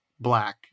black